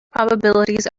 probabilities